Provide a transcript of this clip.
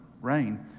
rain